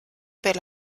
per